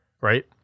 right